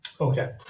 Okay